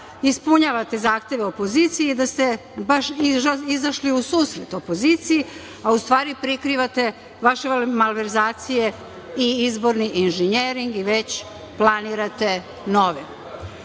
ispunjavate zahteve opozicije i da ste baš izašli u susret opoziciji, a u stvari prikrivate vaše malverzacije i izborni inženjering i već planirate